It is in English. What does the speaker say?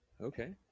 Okay